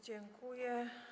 Dziękuję.